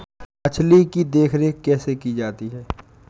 मछली की देखरेख कैसे की जाती है?